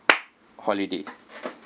holiday